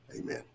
Amen